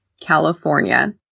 California